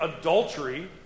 adultery